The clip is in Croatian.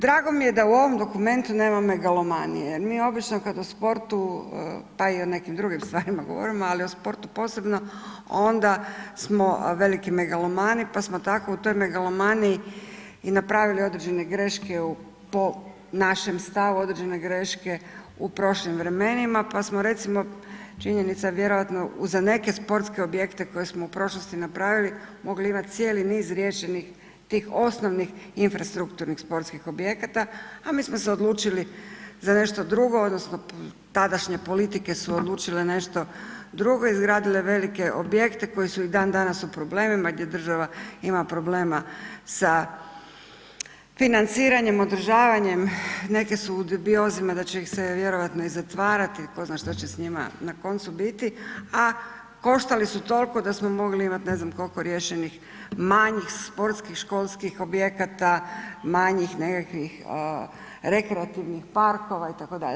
Drago mi je da u ovom dokumentu nema megalomanije jer mi obično kada o sportu pa i o nekim drugim stvarima govorimo ali o sportu posebno onda smo veliki megalomani pa smo tako u toj megalomaniji i napravili određene greške po našem stavu određene greške u prošlim vremenima pa smo recimo činjenica vjerojatno za neke sportske objekte koje smo u prošlosti napravili mogli imati cijeli niz riješenih tih osnovnih infrastrukturnih sportskih objekata a mi smo se odlučili za nešto drugo, odnosno tadašnje politike su odlučile nešto drugo, izgradile velike objekte koji su i dan danas u problemima gdje država ima problema sa financiranjem, održavanjem, neke su dubiozama da će ih se vjerojatno i zatvarati, tko zna šta će s njima na koncu biti a koštali su toliko da smo mogli imati ne znam koliko riješenih, manjih sportskih, školskih objekata, manjih nekakvih rekreativnih parkova itd.